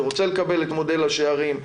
אני רוצה לקבל את מודל ה'שערים',